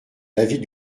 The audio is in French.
l’avis